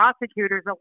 prosecutors